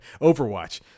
Overwatch